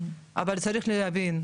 אבל צריך להבין,